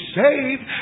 saved